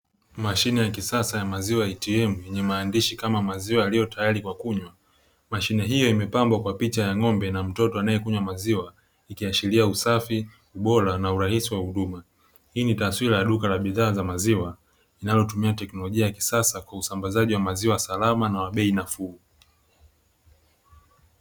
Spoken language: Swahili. Mashine ya kisasa ya maziwa ya "ATM" yenye maandishi kama maziwa yaliyo tayari kwa kunywa, mashine hiyo imepambwa kwa picha ya ng'ombe na picha ya mtoto, anayekunywa maziwa ikiashiria usafi, ubora na urahisi wa huduma hii ni taswira ya duka la maziwa linalotumia teknolojia ya kisasa kwa usambazaji wa maziwa salama na wa bei nafuu.